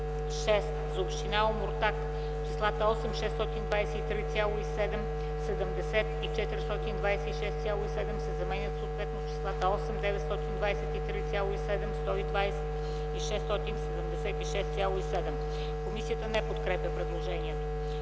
За община Омуртаг - числата „8 623,7”, „70,0” и „426,7” се заменят съответно с числата „8 923,7”, „120,0” и „676,7”.” Комисията не подкрепя предложението.